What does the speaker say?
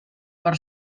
per